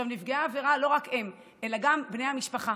עכשיו, נפגעי עבירה, לא רק הם אלא גם בני המשפחה,